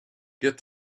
get